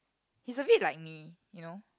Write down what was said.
he's a bit like me you know